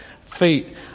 feet